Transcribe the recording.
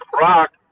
Rock